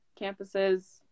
campuses